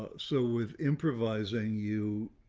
ah so with improvising you,